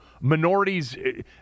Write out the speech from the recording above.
minorities